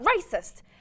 racist